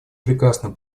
прекрасным